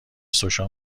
سوشا